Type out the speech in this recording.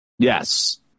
Yes